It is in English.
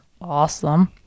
awesome